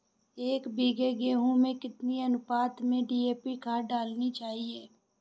एक बीघे गेहूँ में कितनी अनुपात में डी.ए.पी खाद डालनी चाहिए?